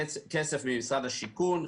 כסף ממשרדי השיכון,